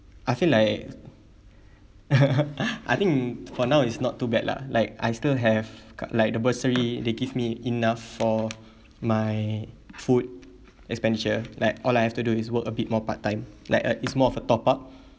I feel like I think for now is not too bad lah like I still have ca~ like the bursary they give me enough for my food expenditure like all I have to do is work a bit more part time like uh it's more of a top up